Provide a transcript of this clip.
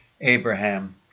Abraham